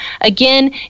again